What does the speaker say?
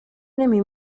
نمی